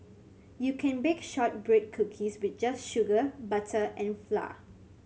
you can bake shortbread cookies with just sugar butter and flour